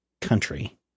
country